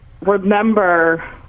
remember